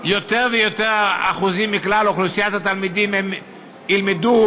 יותר ויותר אחוזים מכלל אוכלוסיית התלמידים ילמדו